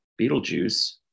Beetlejuice